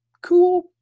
Cool